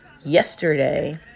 yesterday